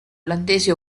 olandese